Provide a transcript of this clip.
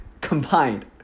combined